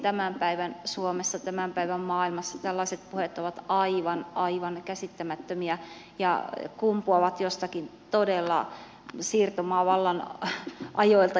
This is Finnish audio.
tämän päivän suomessa tämän päivän maailmassa tällaiset puheet ovat aivan aivan käsittämättömiä ja kumpuavat jostakin todella siirtomaavallan ajoista